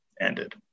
ended